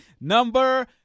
number